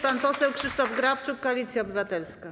Pan poseł Krzysztof Grabczuk, Koalicja Obywatelska.